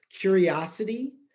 curiosity